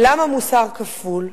למה מוסר כפול?